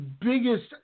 biggest